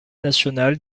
nationale